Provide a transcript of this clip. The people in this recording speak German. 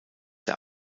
der